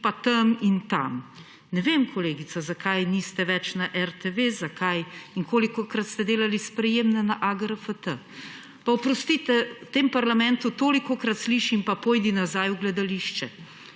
pa tam in tam. Ne vem, kolegica, zakaj niste več na RTV in kolikokrat ste delali sprejemne na AGRFT. Pa oprostite, v tem parlamentu tolikokrat slišim, pa pojdi nazaj v gledališče.